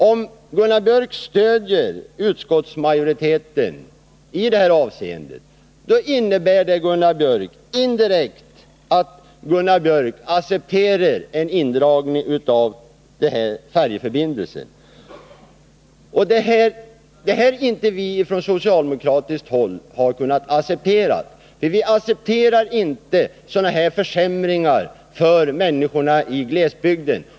Om Gunnar Björk stöder utskottsmajoritetens förslag i detta avseende betyder det att Gunnar Björk indirekt accepterar en indragning av denna färjeförbindelse. En sådan indragning har inte vi från socialdemokratiskt håll kunnat acceptera. Vi accepterar nämligen inte sådana försämringar för människorna i glesbygden.